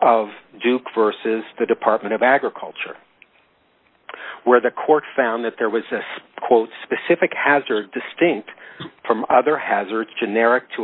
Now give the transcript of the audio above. of jukes versus the department of agriculture where the court found that there was a quote specific hazard distinct from other hazards generic to a